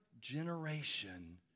generation